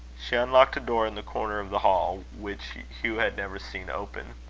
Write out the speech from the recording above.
she unlocked a door in the corner of the hall, which hugh had never seen open.